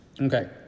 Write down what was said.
Okay